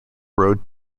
road